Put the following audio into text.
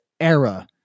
era